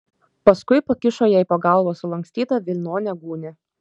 paskui pakišo jai po galva sulankstytą vilnonę gūnią